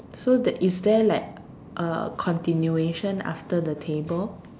so that is there like a continuation after the table